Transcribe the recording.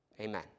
Amen